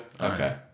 Okay